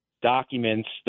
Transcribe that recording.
Documents